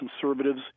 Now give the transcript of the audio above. conservatives